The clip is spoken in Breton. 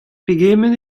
pegement